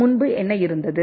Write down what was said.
முன்பு என்ன இருந்தது